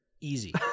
Easy